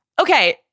Okay